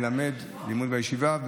ללמד לימוד בישיבה.